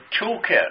toolkit